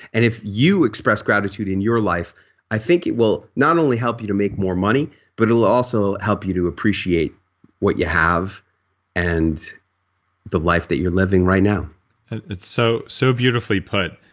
and if you express gratitude in your life i think it will not only help you make more money but it will also help you to appreciate what you have and the life that you're living right now it's so so beautifully put.